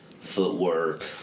footwork